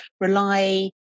rely